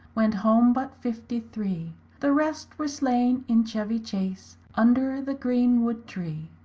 went home but fifty-three the rest were slaine in chevy-chace, under the greene wood tree.